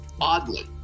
Oddly